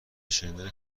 شنیدن